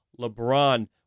LeBron